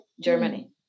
germany